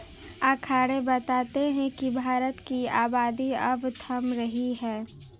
आकंड़े बताते हैं की भारत की आबादी अब थम रही है